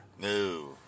No